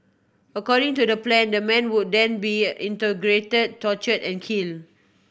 according to the plan the man would then be interrogated tortured and killed